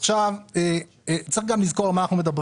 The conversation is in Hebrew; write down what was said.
איך הגענו בכלל למצב הזה?